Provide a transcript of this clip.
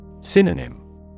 Synonym